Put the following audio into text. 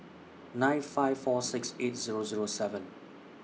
nine five four six eight Zero Zero seven